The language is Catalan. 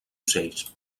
ocells